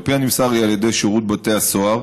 על פי מה שנמסר לי משירות בתי הסוהר,